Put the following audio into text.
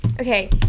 okay